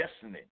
destiny